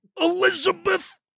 Elizabeth